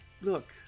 look